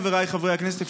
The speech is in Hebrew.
חבריי חברי הכנסת,